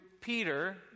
Peter